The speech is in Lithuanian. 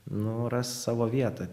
nu ras savo vietą